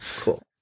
Cool